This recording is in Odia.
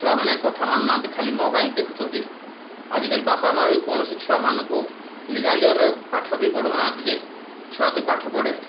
ଛୁଆମାନେ କଥା ମାନୁନାହାନ୍ତି ଖାଲି ମୋବାଇଲ ଦେଖୁଛନ୍ତି ଆଜି କାଲି ବାପା ମା ବି କୌଣସି ଛୁଆମାନଙ୍କୁ ଲିଗାଲ ୱେରେ ପାଠ ବି ପଢ଼ାଉନାହାନ୍ତି ଯେ ଛୁଆ ତୁ ପାଠ ପଢ଼